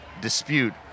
dispute